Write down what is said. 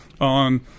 on